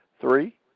three